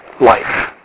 life